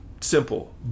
simple